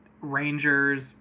Rangers